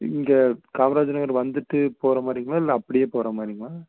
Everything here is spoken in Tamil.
இங்கே காமராஜர் நகர் வந்துட்டு போகிற மாதிரிங்களா இல்லை அப்படியே போகிற மாதிரிங்களா